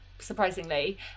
surprisingly